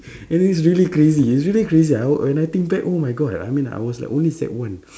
and it's really crazy it's really crazy ah when I think back oh my god I mean I was like only sec one